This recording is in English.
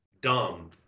dumb